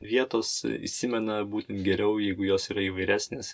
vietos įsimena būtn geriau jeigu jos yra įvairesnės